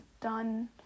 done